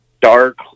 dark